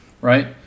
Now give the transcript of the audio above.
right